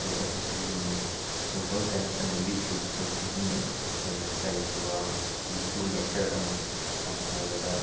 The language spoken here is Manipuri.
ꯑꯦꯞ ꯑꯁꯤ ꯁꯤꯖꯤꯟꯅꯩ ꯒꯨꯒꯜꯇ ꯅꯠꯇꯅ ꯌꯨꯇ꯭ꯌꯨꯞꯁꯨ ꯁꯤꯖꯤꯟꯅꯩ ꯑꯩꯅ ꯀꯔꯤꯒꯨꯝꯕ ꯚꯤꯊꯤꯑꯣ ꯂꯦꯛꯆꯔ ꯑꯃ ꯁꯝꯅ ꯍꯥꯏꯔꯕꯗ